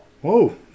Whoa